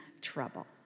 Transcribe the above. trouble